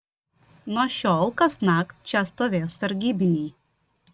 nuo šiol kasnakt čia stovės sargybiniai